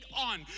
on